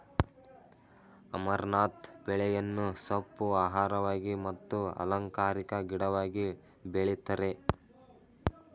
amaranth ಬೆಳೆಯನ್ನು ಸೊಪ್ಪು, ಆಹಾರವಾಗಿ ಮತ್ತು ಅಲಂಕಾರಿಕ ಗಿಡವಾಗಿ ಬೆಳಿತರೆ